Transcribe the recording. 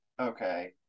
Okay